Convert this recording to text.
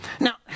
Now